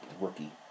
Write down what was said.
rookie